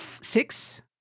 six